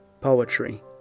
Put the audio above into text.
Poetry